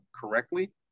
correctly